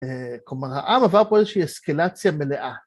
כלומר, העם עבר פה איזושהי אסקלציה מלאה.